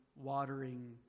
watering